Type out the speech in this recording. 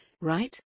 Right